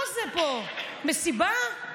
מה זה פה, מסיבה?